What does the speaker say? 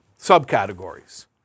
subcategories